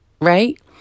Right